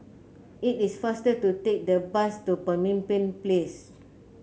it is faster to take the bus to Pemimpin Place